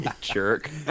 Jerk